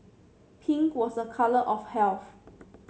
pink was a colour of health